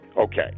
Okay